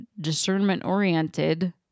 discernment-oriented